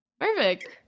Perfect